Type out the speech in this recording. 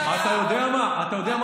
אתה לא פותר את הבעיה,